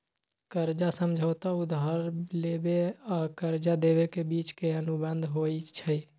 कर्जा समझौता उधार लेबेय आऽ कर्जा देबे के बीच के अनुबंध होइ छइ